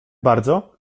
bardzo